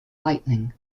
lightning